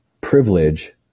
privilege